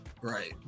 right